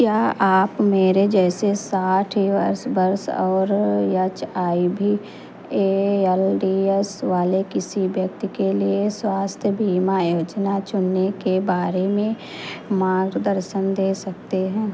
क्या आप मेरे जैसे साठ इयर्स वर्ष और H I V A L D S वाले किसी व्यक्ति के लिए स्वास्थ्य बीमा योजना चुनने के बारे में मार्गदर्शन दे सकते हैं